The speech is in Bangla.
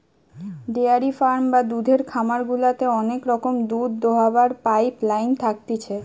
ডেয়ারি ফার্ম বা দুধের খামার গুলাতে অনেক সময় দুধ দোহাবার পাইপ লাইন থাকতিছে